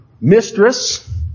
mistress